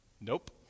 Nope